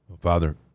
Father